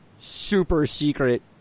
super-secret